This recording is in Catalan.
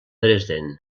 dresden